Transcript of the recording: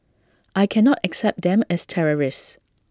I cannot accept them as terrorists